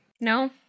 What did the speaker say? No